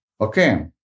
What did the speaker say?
Okay